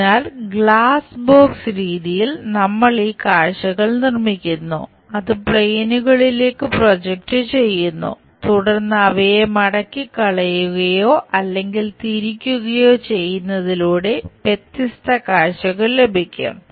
അതിനാൽ glass box രീതിയിൽ നമ്മൾ ഈ കാഴ്ചകൾ നിർമ്മിക്കുന്നു അത് പ്ലെയിനുകളിലേക്കു പ്രൊജക്റ്റുചെയ്യുന്നു തുടർന്ന് അവയെ മടക്കിക്കളയുകയോ അല്ലെങ്കിൽ തിരിക്കുകയോ ചെയ്യുന്നതിലൂടെ വ്യത്യസ്ത കാഴ്ചകൾ ലഭിക്കും